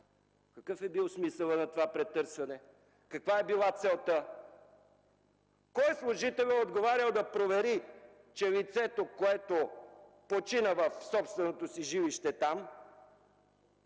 Какъв е бил смисълът на това претърсване? Каква е била целта? Кой служител е отговарял и е трябвало да провери, че лицето, което почина в собственото си жилище,